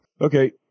Okay